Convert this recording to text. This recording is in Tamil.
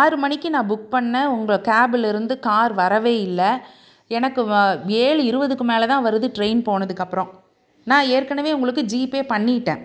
ஆறு மணிக்கு நான் புக் பண்ணிண உங்கள் கேப்பிலேருந்து கார் வரவே இல்லை எனக்கு வ ஏழு இருபதுக்கு மேலே தான் வருது ட்ரெயின் போனதுக்கப்புறோம் நான் ஏற்கனவே உங்களுக்கு ஜீபே பண்ணிவிட்டேன்